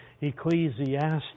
Ecclesiastes